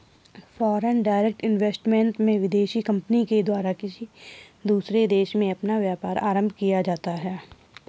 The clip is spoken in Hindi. फॉरेन डायरेक्ट इन्वेस्टमेंट में विदेशी कंपनी के द्वारा किसी दूसरे देश में अपना व्यापार आरंभ किया जाता है